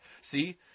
see